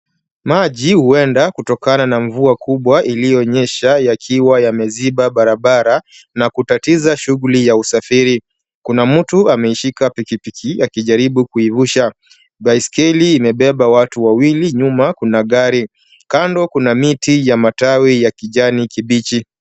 Maji huenda kutokana na mvua kubwa iliyonyesha yakiwa yameziba barabara na kutatiza shughuli ya usafiri. Kuna mtu ameishika pikipiki akijaribu kuivusha. Baiskeli imebeba watu wawili nyuma kuna gari. Kando kuna miti ya matawi ya kijani kibichi.